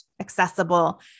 accessible